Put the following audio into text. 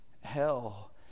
hell